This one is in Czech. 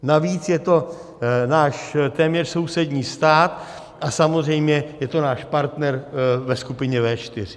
Navíc je to náš téměř sousední stát a samozřejmě je to náš partner ve skupině V4.